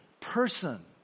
person